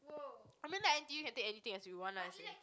I mean like n_t_u can take anything as you want lah as in